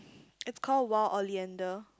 it's call Wild Oleander